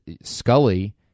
Scully